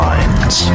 Minds